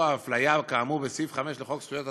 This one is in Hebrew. האפליה כאמור בסעיף 5 לחוק זכויות התלמיד,